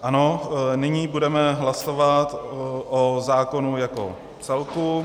Ano, nyní budeme hlasovat o zákonu jako celku.